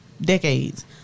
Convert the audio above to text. decades